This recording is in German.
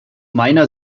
meiner